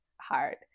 hard